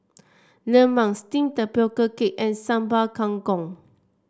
lemang steamed Tapioca Cake and Sambal Kangkong